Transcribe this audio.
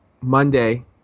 monday